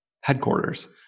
headquarters